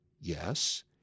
Yes